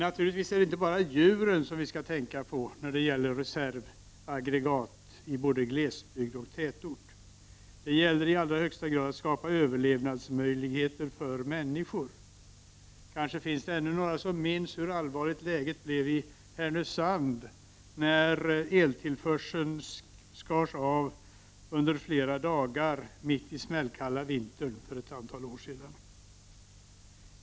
Naturligtvis är det inte bara djuren som vi skall tänka på när det gäller reservaggregat i både glesbygd och tätort. Det gäller i allra högsta grad att skapa överlevnadsmöjligheter för människor. Kanske finns det ännu några som minns hur allvarligt läget blev i Härnösand när eltillförseln skars av under flera dagar mitt i smällkalla vintern för ett antal år sedan.